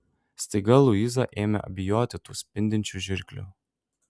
staiga luiza ėmė bijoti tų spindinčių žirklių